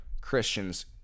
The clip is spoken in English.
Christians